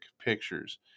pictures